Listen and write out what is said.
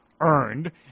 earned